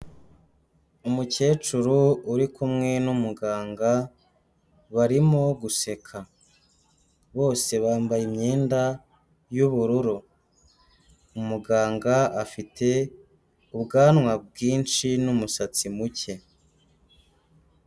Umukecuru uri kumwe n'umuganga barimo guseka, bose bambaye imyenda y'ubururu, umuganga afite ubwanwa bwinshi n'umusatsi muke.